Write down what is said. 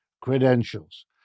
credentials